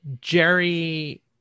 Jerry